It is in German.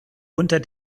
unter